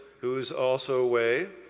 who is also away.